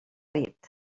dit